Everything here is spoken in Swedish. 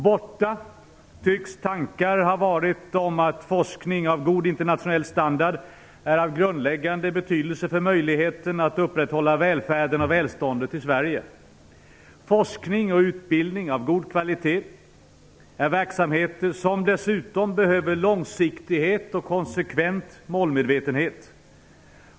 Borta tycks tankar ha varit om att forskning av god internationell standard är av grundläggande betydelse för möjligheten att upprätthålla välfärden och välståndet i Sverige. Forskning och utbildning av god kvalitet är verksamheter som dessutom behöver långsiktighet och konsekvent målmedvetenhet.